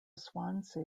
swansea